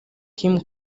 kim